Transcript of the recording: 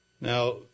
Now